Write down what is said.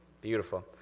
beautiful